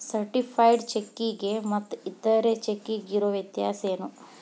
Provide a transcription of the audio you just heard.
Certified ಚೆಕ್ಕಿಗೆ ಮತ್ತ್ ಇತರೆ ಚೆಕ್ಕಿಗಿರೊ ವ್ಯತ್ಯಸೇನು?